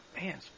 man